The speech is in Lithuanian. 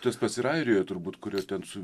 tas pats ir airijoj turbūt ten su